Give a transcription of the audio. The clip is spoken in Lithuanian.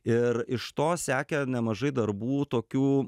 ir iš to sekė nemažai darbų tokių